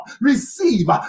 Receive